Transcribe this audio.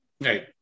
right